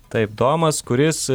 taip domas kuris